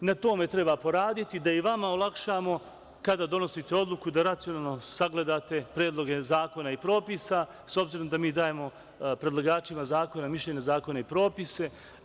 Na tome treba poraditi, da i vama olakšamo kada donosite odluku, da racionalno sagledate predloge zakona i propisa, s obzirom da mi dajemo predlagačima zakona mišljenja na zakone i propise.